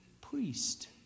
priest